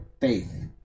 faith